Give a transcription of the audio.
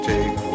Take